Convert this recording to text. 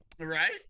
Right